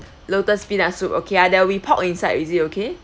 lotus peanut soup okay other with pork inside is it okay